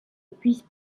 puisse